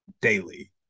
daily